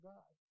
God